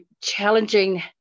challenging